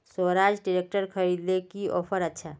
Swaraj tractor किनले की offer अच्छा?